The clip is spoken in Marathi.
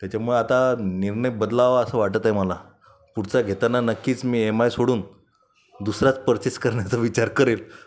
त्याच्यामुळं आता निर्णय बदलावा असं वाटत आहे मला पुढचा घेताना नक्कीच मी एम आय सोडून दुसराच पर्चेस करण्याचा विचार करेल